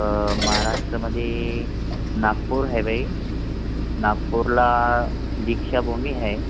तर महाराष्ट्रामधे नागपूर हायवे नागपूरला दीक्षा भूमी है